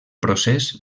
procés